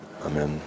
amen